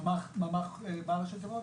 ממ"ח מה הראשי תיבות?